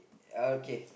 okay